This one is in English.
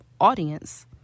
audience